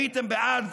הייתם בעד